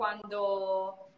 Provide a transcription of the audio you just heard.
quando